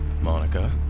Monica